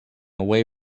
away